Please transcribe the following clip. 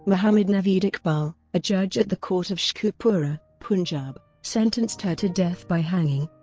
muhammed naveed iqbal, a judge at the court of sheikhupura, punjab, sentenced her to death by hanging.